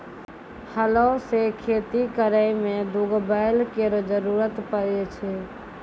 हलो सें खेती करै में दू गो बैल केरो जरूरत पड़ै छै